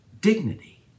dignity